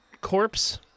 corpse